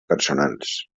personals